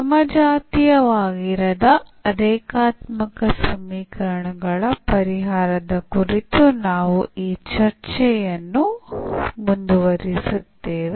ಸಮಜಾತೀಯವಾಗಿರದ ರೇಖಾತ್ಮಕ ಸಮೀಕರಣಗಳ ಪರಿಹಾರದ ಕುರಿತು ನಾವು ನಮ್ಮ ಚರ್ಚೆಯನ್ನು ಮುಂದುವರಿಸುತ್ತೇವೆ